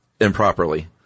improperly